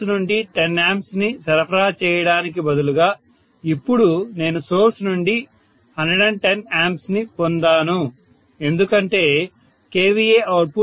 source నుండి 10 A ని సరఫరా చేయడానికి బదులుగా ఇప్పుడు నేను సోర్స్ నుండి 110 A ని పొందాను ఎందుకంటే kVA అవుట్పుట్ 2